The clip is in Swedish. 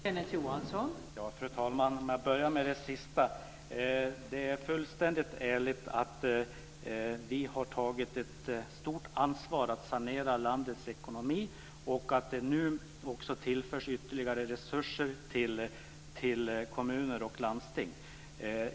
Fru talman! Jag ska börja med det sista som Chatrine Pålsson sade. Helt ärligt så har vi tagit ett stort ansvar för att sanera landets ekonomi och för att det nu också tillförs ytterligare resurser till kommuner och landsting.